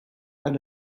and